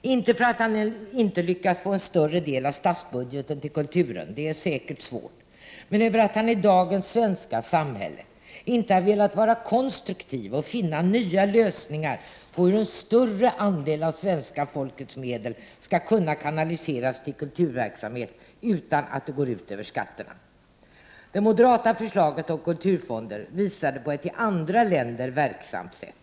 inte för att han inte lyckas få en större del av statsbudgeten till kulturen — det är säkert svårt — men därför att han i dagens svenska samhälle inte har velat vara konstruktiv och finna nya lösningar på hur en större andel av svenska folkets medel skall kunna kanaliseras till kulturverksamhet utan att det går ut över skatterna. Det moderata förslaget om kulturfonder visade på ett i andra länder verksamt sätt.